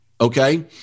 Okay